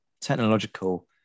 technological